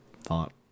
thought